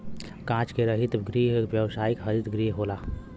कांच के हरित गृह व्यावसायिक हरित गृह होला